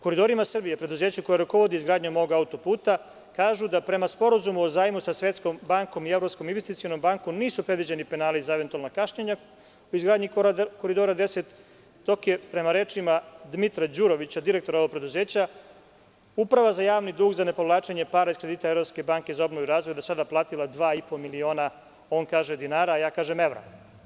Koridorima Srbije“, preduzeću koje rukovodi izgradnjom ovog auto-puta kažu da prema sporazumu o zajmu sa Svetskom bankom i Evropskom investicionom bankom nisu predviđeni penali za eventualna kašnjenja u izgradnji „Koridora 10“, dok je prema rečima Dmitra Đurovića, direktora ovog preduzeća, Uprava za javni dug za ne povlačenje para iz kredita Evropske banke za obnovu i razvoj, do sada je platila 2,5 miliona, on kaže dinara, a ja kažem evra.